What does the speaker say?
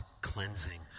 cleansing